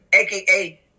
aka